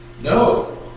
No